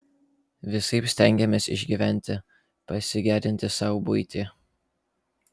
visaip stengėmės išgyventi pasigerinti sau buitį